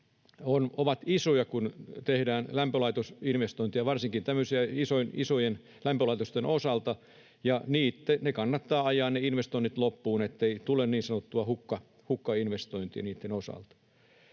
ovat isoja, kun tehdään lämpölaitosinvestointeja, varsinkin isojen lämpölaitosten osalta, ja kannattaa ajaa ne investoinnit loppuun, ettei tule niin sanottua hukkainvestointia niitten osalta.